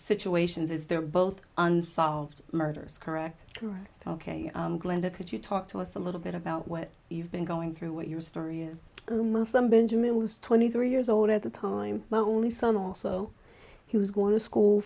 situations is they're both unsolved murders correct correct ok glenda could you talk to us a little bit about what you've been going through what your story is the muslim benjamin was twenty three years old at the time lonely son also he was going to school